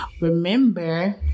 Remember